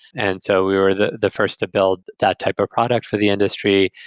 and so we were the the first to build that type of product for the industry,